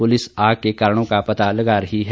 police आग के कारणों का पता लगा रही है